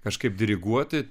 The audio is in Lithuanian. kažkaip diriguoti